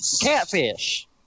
Catfish